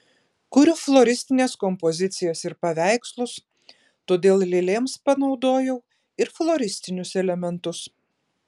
kuriu floristines kompozicijas ir paveikslus todėl lėlėms panaudojau ir floristinius elementus